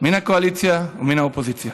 מן הקואליציה ומן האופוזיציה,